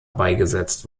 beigesetzt